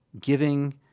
giving